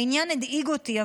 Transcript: העניין הדאיג אותי,